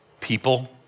people